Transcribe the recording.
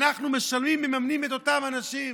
אנחנו מממנים את אותם אנשים.